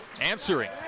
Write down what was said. Answering